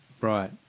Right